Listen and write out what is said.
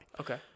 Okay